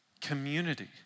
community